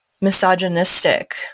misogynistic